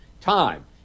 time